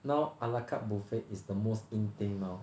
now a la carte buffet is the most in thing now